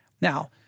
Now